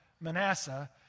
Manasseh